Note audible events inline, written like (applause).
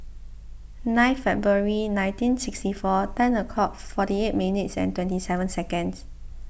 nine February nineteen sixty four ten (unintelligible) forty eight minutes and twenty seven seconds